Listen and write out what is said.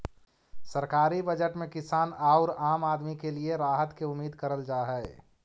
सरकारी बजट में किसान औउर आम आदमी के लिए राहत के उम्मीद करल जा हई